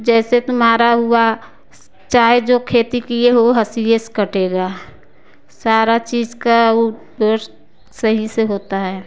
जैसे तुम्हारा हुआ चाहे जो खेती किए हो हसिये से कटेगा सारा चीज़ का उ सही से होता है